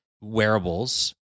wearables